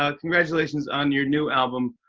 ah congratulations on your new album,